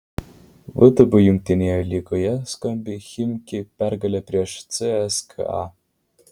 vtb jungtinėje lygoje skambi chimki pergalė prieš cska